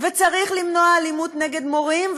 וצריך למנוע אלימות נגד מורים,